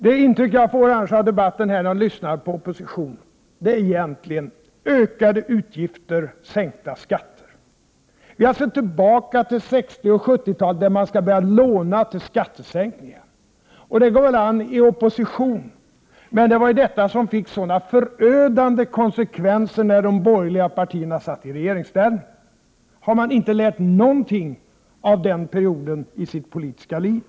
Det främsta intrycket jag får av debatten, när jag lyssnar på oppositionen, är egentligen: Ökade utgifter, sänkta skatter! Man är alltså tillbaka till 60 och 70-talen och anser att vi skall börja låna till skattesänkning. Det går väl an i opposition, men det var ju detta som fick sådana förödande konsekvenser när de borgerliga partierna satt i regeringsställning. Har ni inte lärt någonting — Prot. 1988/89:59 av den perioden i ert politiska liv?